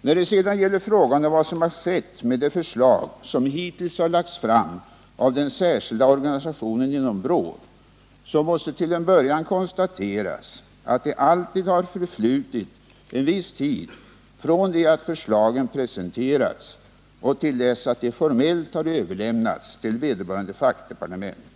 När det sedan gäller frågan om vad som har skett med de förslag som hittills har lagts fram av den särskilda organisationen genom BRÅ måste till en början konstateras att det alltid har förflutit en viss tid från det att förslagen presenterats och till dess att de formellt har överlämnats till vederbörande fackdepartement.